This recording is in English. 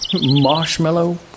Marshmallow